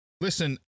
Listen